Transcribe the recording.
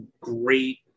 great